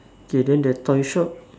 okay then the toy shop